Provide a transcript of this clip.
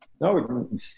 No